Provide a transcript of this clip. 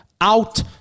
out